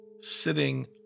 sitting